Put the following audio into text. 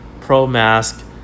pro-mask